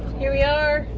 here we are,